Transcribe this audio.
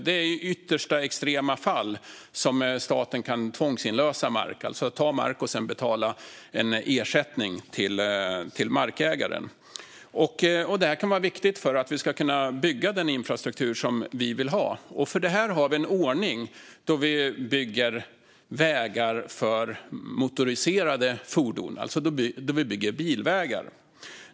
Det är i ytterst extrema fall som staten kan tvångsinlösa mark, alltså ta mark och sedan betala en ersättning till markägaren. Detta kan vara viktigt för att den infrastruktur som vi vill ha ska kunna byggas. För detta har vi en ordning då det byggs vägar för motoriserade fordon, alltså bilvägar.